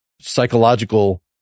psychological